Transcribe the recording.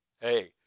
Hey